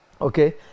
okay